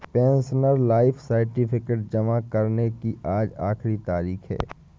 pensioner life certificate जमा करने की आज आखिरी तारीख है